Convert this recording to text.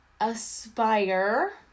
aspire